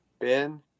Ben